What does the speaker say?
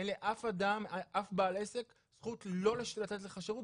אין לאף בעל עסק זכות לא לתת לך שירות,